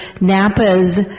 Napa's